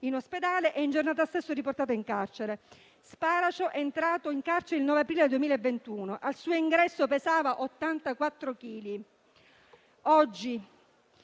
in ospedale e in giornata riportato in carcere. Sparacio è entrato in carcere il 9 aprile 2021. Al suo ingresso pesava 84 chili. Oggi,